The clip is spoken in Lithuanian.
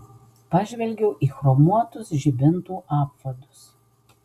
pažvelgiau į chromuotus žibintų apvadus